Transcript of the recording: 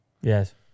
Yes